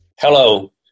Hello